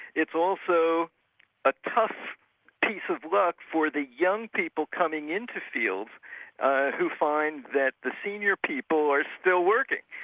it's also a tough piece of luck for the young people coming into fields who find that the senior people are still working.